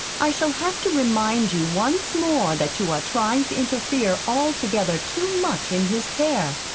i shall have to remind you once more that you are trying to interfere altogether too much in his care.